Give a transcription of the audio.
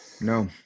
No